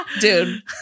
Dude